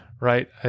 right